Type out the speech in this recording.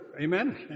Amen